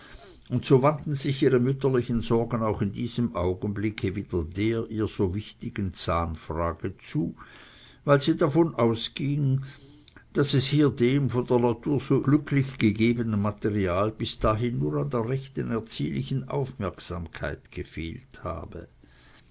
und so wandten sich ihre mütterlichen sorgen auch in diesem augenblicke wieder der ihr so wichtigen zahnfrage zu weil sie davon ausging daß es hier dem von der natur so glücklich gegebenen material bis dahin nur an der rechten erziehlichen aufmerksamkeit gefehlt habe